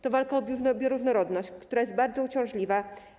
To walka o bioróżnorodność, która jest bardzo uciążliwa.